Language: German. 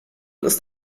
ist